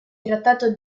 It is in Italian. trattato